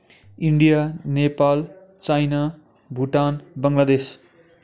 India Nepal China Bhutan Bangladesh